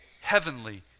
heavenly